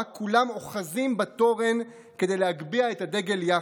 כולם אוחזים בתורן כדי להגביה את הדגל יחד,